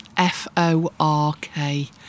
F-O-R-K